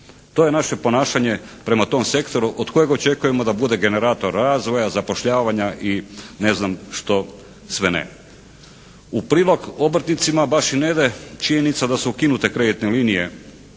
To je naše ponašanje prema tom sektoru od kojeg očekujemo da bude generator razvoja, zapošljavanja i ne znam što sve ne. U prilog obrtnicima baš i ne ide činjenica da su ukinute kreditne linije